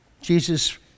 Jesus